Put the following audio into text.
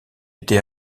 été